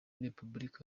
repubulika